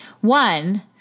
one